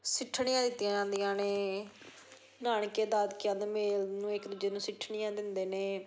ਸਿੱਠਣੀਆਂ ਦਿੱਤੀਆਂ ਜਾਂਦੀਆਂ ਨੇ ਨਾਨਕੇ ਦਾਦਕਿਆਂ ਦਾ ਮੇਲ ਨੂੰ ਇੱਕ ਦੂਜੇ ਨੂੰ ਸਿੱਠਣੀਆਂ ਦਿੰਦੇ ਨੇ